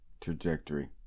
trajectory